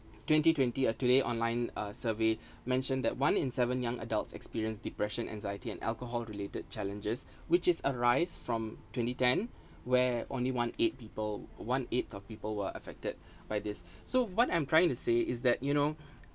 twenty twenty uh today online uh survey mentioned that one in seven young adults experienced depression anxiety and alcohol related challenges which is a rise from twenty ten where only one eighth people one eighth of people were affected by this so what I'm trying to say is that you know